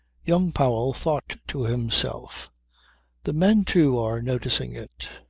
young powell thought to himself the men, too, are noticing it.